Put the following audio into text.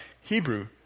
Hebrew